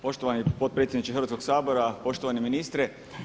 Poštovani potpredsjedniče Hrvatskoga sabora, poštovani ministre.